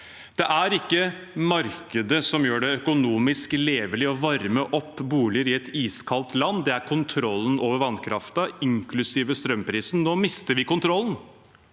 Det er ikke markedet som gjør det økonomisk levelig å varme opp boliger i et iskaldt land, det er kontrollen over vannkraften, inklusive strømprisen. Nå mister vi kontrollen